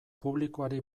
publikoari